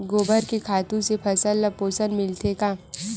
गोबर के खातु से फसल ल पोषण मिलथे का?